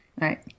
right